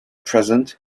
present